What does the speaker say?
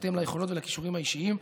בהתאם ליכולות ולכישורים האישיים.